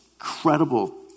incredible